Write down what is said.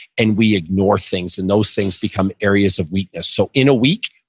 and we ignore things. and those things become areas of weakness so in a week,